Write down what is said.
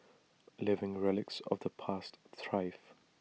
living relics of the past thrive